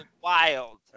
wild